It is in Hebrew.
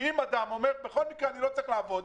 אם אדם אומר: בכל מקרה אני לא צריך לעבוד,